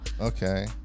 Okay